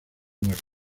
muerte